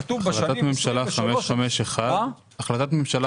כתוב בשנים 2027-2023. החלטת ממשלה